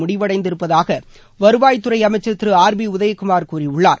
முடிவடைந்திருப்பதாக வருவாய் துறை அமைச்ச் திரு ஆர் பி உதயகுமார் கூறியுள்ளார்